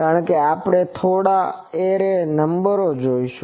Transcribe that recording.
કારણ કે આપણે થોડા એરે નંબરો જોશું